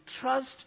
trust